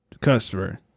Customer